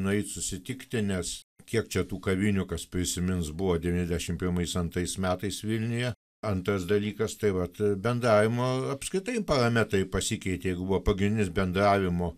nueit susitikti nes kiek čia tų kavinių kas prisimins buvo devyniasdešim pirmais antrais metais vilniuje antras dalykas tai vat bendravimo apskritai parametrai pasikeitė jeigu buvo pagrindinis bendravimo